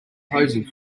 posing